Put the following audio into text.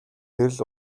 гэрэл